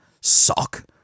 Sock